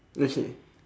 okay